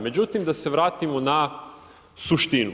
Međutim, da se vratimo na suštinu.